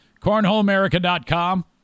CornholeAmerica.com